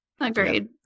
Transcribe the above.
Agreed